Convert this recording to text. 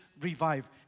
revive